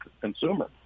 consumer